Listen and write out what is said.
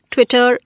Twitter